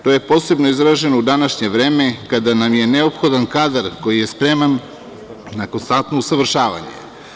To je posebno izraženo u današnje vreme, kada nam je neophodan kadar koji je spreman na konstantno usavršavanje.